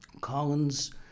Collins